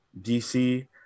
DC